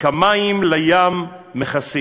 כמים לים מכסים".